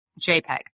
JPEG